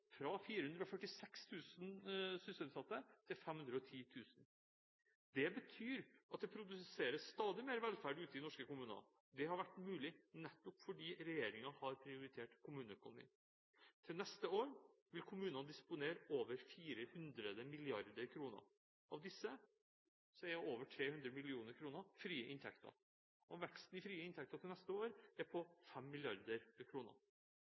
fra 446 000 til 510 000 sysselsatte. Det betyr at det produseres stadig mer velferd ute i norske kommuner. Det har vært mulig nettopp fordi regjeringen har prioritert kommuneøkonomien. Til neste år vil kommunene disponere over 400 mrd. kr. Av disse er over 300 mrd. kr frie inntekter. Veksten i frie inntekter til neste år er